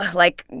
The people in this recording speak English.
like,